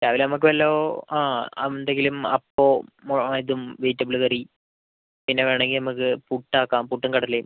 രാവിലെ നമുക്ക് വല്ല ആ എന്തെങ്കിലും അപ്പവും അതായത് വെജിറ്റബിൾ കറി പിന്നെ വേണമെങ്കിൽ നമുക്ക് പുട്ടാക്കാം പുട്ടും കടലയും